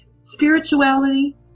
Spirituality